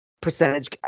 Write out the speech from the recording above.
percentage